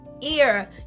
ear